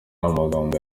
amagambo